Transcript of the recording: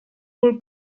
wohl